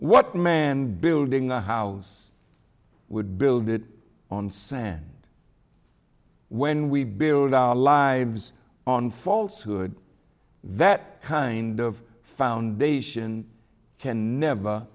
what man building a house would build it on sand when we build our lives on falshood that kind of foundation can never